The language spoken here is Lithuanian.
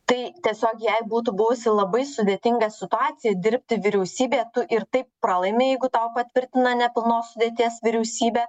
tai tiesiog jei būtų buvusi labai sudėtinga situacija dirbti vyriausybėje tu ir taip pralaimi jeigu tau patvirtina nepilnos sudėties vyriausybę